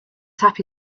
happy